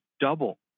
double